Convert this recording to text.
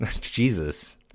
Jesus